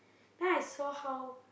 then I saw how